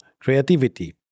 creativity